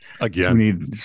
Again